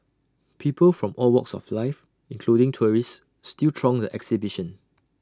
people from all walks of life including tourists still throng the exhibition